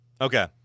okay